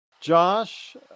josh